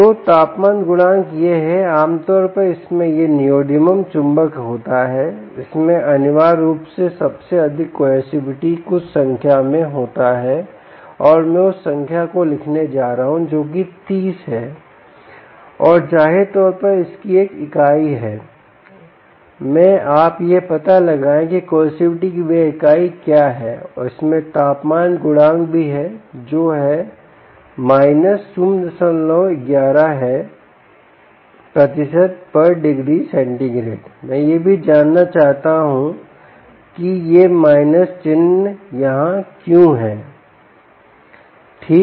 तो तापमान गुणांक यह है आम तौर पर इसमें यह नियोडिमियम चुंबक होता है इसमें अनिवार्य रूप से सबसे अधिक Coercivity कुछ संख्या में होता है और मैं उस संख्या को लिखने जा रहा हूं जो कि 30 है और जाहिर तौर पर इसकी एक इकाई है मैं आप यह पता लगाएं कि Coercivity की वह इकाई क्या है और इसमें तापमान गुणांक भी है जो 011 है ° C मैं यह भी जानना चाहता हूं कि यह शून्य चिह्न यहां क्यों है ठीक